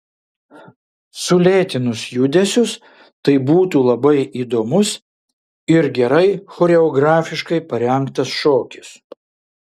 sulėtinus judesius tai būtų labai įdomus ir gerai choreografiškai parengtas šokis